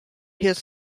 his